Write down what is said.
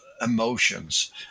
emotions